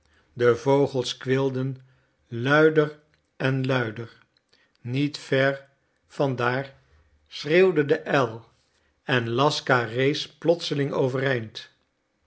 de vogels kweelden luider en luider niet ver van daar schreeuwde de uil en laska rees plotseling overeind